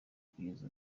kugeza